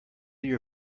your